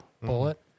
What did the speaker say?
bullet